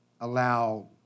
allow